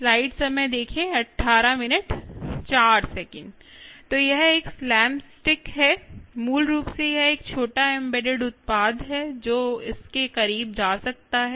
तो यह एक स्लैम स्टिक है मूल रूप से यह एक छोटा एम्बेडेड उत्पाद है जो इस के करीब जा सकता है